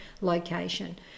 location